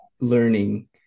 learning